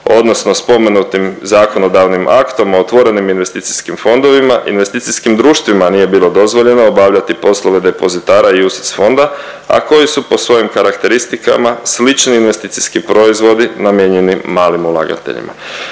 odnosno spomenutim zakonodavnim aktom o otvorenim investicijskim fondovima i investicijskim društvima nije bilo dozvoljeno obavljati poslove depozitara UCITS fonda, a koji su po svojim karakteristika slični investicijski proizvodi namijenjeni malim ulagateljima.